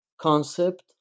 concept